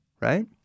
right